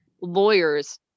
lawyers